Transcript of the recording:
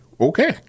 Okay